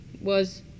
Was-